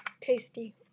tasty